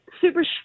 super